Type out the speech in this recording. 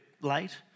late